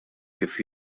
kif